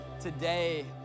today